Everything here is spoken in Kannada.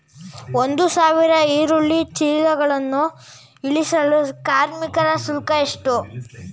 ಒಂದು ಸಾವಿರ ಈರುಳ್ಳಿ ಚೀಲಗಳನ್ನು ಇಳಿಸಲು ಕಾರ್ಮಿಕರ ಶುಲ್ಕ ಎಷ್ಟು?